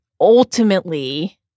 ultimately